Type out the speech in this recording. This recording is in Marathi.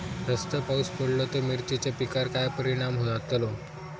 जास्त पाऊस पडलो तर मिरचीच्या पिकार काय परणाम जतालो?